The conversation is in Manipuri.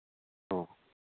ꯑꯣ